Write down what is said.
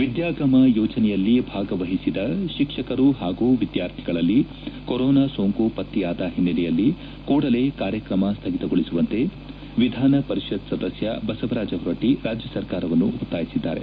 ವಿದ್ಯಾಗಮ ಯೋಜನೆಯಲ್ಲಿ ಭಾಗವಹಿಸಿದ ಶಿಕ್ಷಕರು ಹಾಗೂ ವಿದ್ಯಾರ್ಥಿಗಳಲ್ಲಿ ಕೊರೊನಾ ಸೋಂಕು ಪತ್ತೆಯಾದ ಹಿನ್ನೆಲೆಯಲ್ಲಿ ಕೂಡಲೇ ಕಾರ್ಯಕ್ರಮ ಸ್ವಗಿತಗೊಳಿಸುವಂತೆ ವಿಧಾನ ಪರಿಷತ್ ಸದಸ್ಯ ಬಸವರಾಜ ಹೊರಟ್ಟ ರಾಜ್ಯ ಸರ್ಕಾರವನ್ನು ಒತ್ತಾಯಿಸಿದ್ದಾರೆ